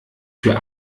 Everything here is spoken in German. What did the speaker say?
für